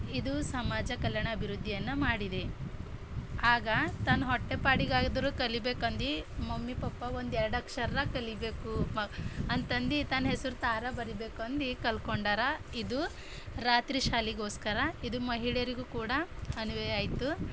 ಇದು ಸಮಾಜ ಕಲ್ಯಾಣ ಅಭಿವೃದ್ಧಿಯನ್ನು ಮಾಡಿದೆ ಆಗ ತನ್ನ ಹೊಟ್ಟೆಪಾಡಿಗಾದ್ರೂ ಕಲಿಬೇಕೆಂದು ಮಮ್ಮಿ ಪಪ್ಪ ಒಂದೆರಡು ಅಕ್ಷರ ಕಲೀಬೇಕು ಮ್ ಅಂತಂದು ತನ್ನ ಹೆಸರು ತಾರ ಬರೀಬೇಕಂದು ಕಲ್ಕೊಂಡಾರ ಇದು ರಾತ್ರಿ ಶಾಲೆಗೋಸ್ಕರ ಇದು ಮಹಿಳೆಯರಿಗೂ ಕೂಡ ಅನ್ವಯ ಆಯಿತು